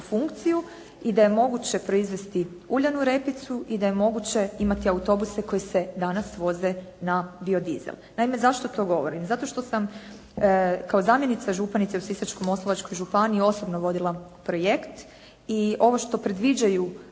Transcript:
funkciju i da je moguće proizvesti uljanu repicu i da je moguće imati autobuse koji se danas voze na biodizel. Naime, zašto to govorim? Zato što sam kao zamjenica županice u Sisačko-moslavačkoj županiji osobno vodila projekt i ovo što predviđaju